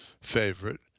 favorite